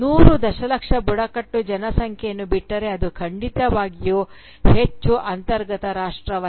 ನೂರು ದಶಲಕ್ಷ ಬುಡಕಟ್ಟು ಜನಸಂಖ್ಯೆಯನ್ನು ಬಿಟ್ಟರೆ ಅದು ಖಂಡಿತವಾಗಿಯೂ ಹೆಚ್ಚು ಅಂತರ್ಗತ ರಾಷ್ಟ್ರವಲ್ಲ